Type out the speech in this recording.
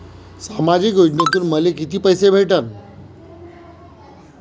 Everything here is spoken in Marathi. सामाजिक योजनेतून मले कितीक पैसे भेटन?